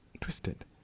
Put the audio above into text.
twisted